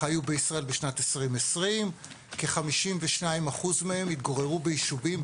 חיו בישראל בשנת 2020. כ-52% מהם התגוררו ביישובים,